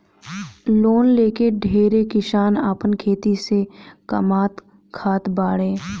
loan लेके ढेरे किसान आपन खेती से कामात खात बाड़े